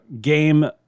game